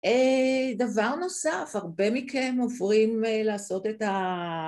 דבר נוסף, הרבה מכם עוברים לעשות את ה...